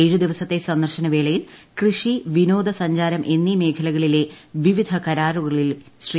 ഏഴ് ദിവസത്തെ സന്ദർശനവേളയിൽ കൃഷി വിനോദസഞ്ചാരം എന്നീ മേഖലകളിലെ വിവിധ കരാറുകളിൽ ശ്രീ